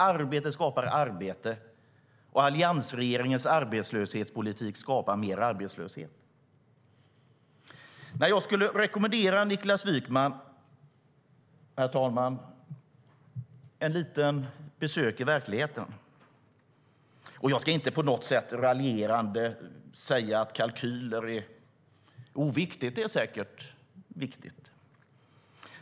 Arbete skapar arbete, och alliansregeringens arbetslöshetspolitik skapar mer arbetslöshet. Herr talman! Jag skulle rekommendera Niklas Wykman ett litet besök i verkligheten. Jag ska inte på något sätt raljerande säga att kalkyler är oviktigt. Det är säkert viktigt.